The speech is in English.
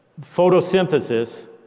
photosynthesis